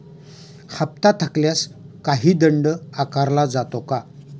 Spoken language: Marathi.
हप्ता थकल्यास काही दंड आकारला जातो का?